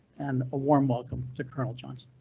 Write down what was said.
and a warm welcome to colonel johnson.